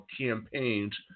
campaigns